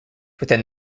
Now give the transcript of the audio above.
within